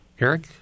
Eric